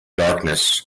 darkness